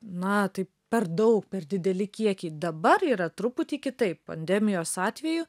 na tai per daug per dideli kiekiai dabar yra truputį kitaip pandemijos atveju